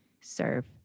serve